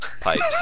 pipes